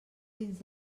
dins